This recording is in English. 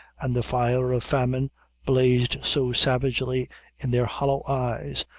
and the fire of famine blazed so savagely in their hollow eyes,